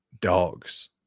Dogs